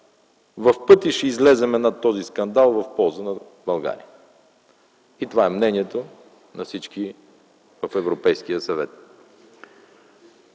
в пъти ще излезем над този скандал в полза на България. Това е мнението на всички в Европейския съвет.